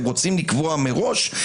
אני חושב שהייתי נורא ברור, עופר.